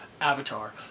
Avatar